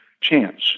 chance